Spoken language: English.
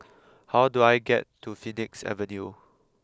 how do I get to Phoenix Avenue